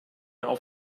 auf